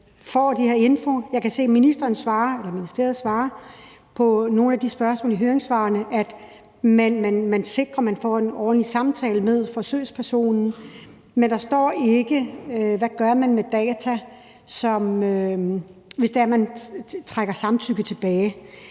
Jeg kan se, at ministeriet svarer på nogle af de spørgsmål i høringssvarene, at man sikrer, at man får en ordentlig samtale med forsøgspersonen. Men der står ikke, hvad man gør med data, hvis forsøgspersonen trækker samtykket tilbage.